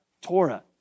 Torah